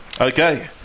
Okay